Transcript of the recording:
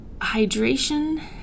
hydration